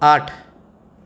आठ